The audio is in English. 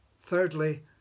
Thirdly